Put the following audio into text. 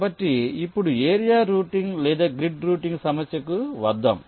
కాబట్టి ఇప్పుడు area routing లేదా గ్రిడ్ రూటింగ్ సమస్యకు వద్దాం